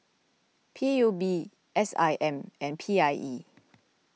P U B S I M and P I E